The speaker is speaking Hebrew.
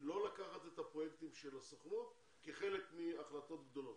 לא לקחת את הפרויקטים של הסוכנות כחלק מהחלטות גדולות.